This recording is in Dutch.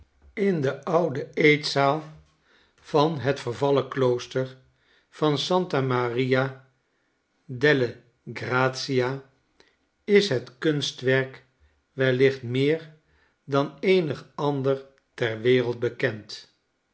in de oude eetzaal vanhet vervallenklooster van santa maria delle grrazia is het kunstwerk wellicht meer dan eenig ander ter wereld bekend